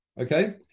Okay